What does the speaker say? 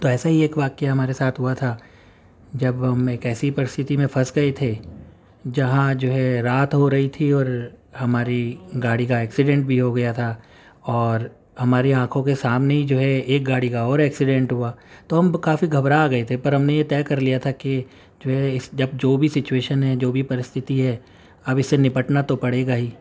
تو ایسے ہی ایک واقعہ ہمارے ساتھ ہوا تھا جب ہم ایک ایسی پرستتھی میں پھنس گیے تھے جہاں جو ہے رات ہو رہی تھی اور ہماری گاڑی کا ایکسیڈنٹ بھی ہو گیا تھا اور ہماری آنکھوں کے سامنے ہی جو ہے ایک گاڑی کا اور ایکسیڈنٹ ہوا تو ہم کافی گھبرا گئے تھے پر ہم نے یہ طے کر لیا تھا کہ جو ہے اس جب جو بھی سچویشن ہے جو بھی پرستتھی ہے اب اس سے نپٹنا تو پڑے گا ہی